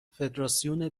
فدراسیون